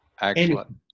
Excellent